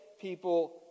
people